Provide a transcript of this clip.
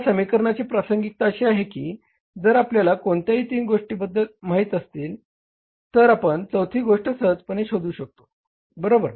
त्या समीकरणाची प्रासंगिकता अशी आहे की जर आपल्याला कोणत्याही तीन गोष्टी माहित असेल तर आपण चौथी गोष्ट सहजपणे शोधू शकतो बरोबर